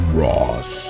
ross